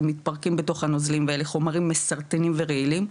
הם מתפרקים בתוך הנוזלים ואלה חומרים מסרטנים ורעילים,